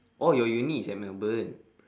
oh your uni is at melbourne